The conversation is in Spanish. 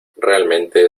realmente